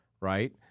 right